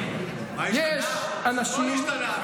יש אנשים אחרים, מה השתנה?